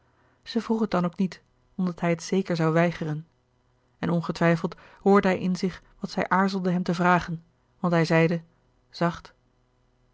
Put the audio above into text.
zij vroeg het dan ook niet omdat hij het zeker zoû weigeren en ongetwijfeld hoorde hij in zich wat zij aarzelde hem te vragen want hij zeide zacht